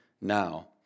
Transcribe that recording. now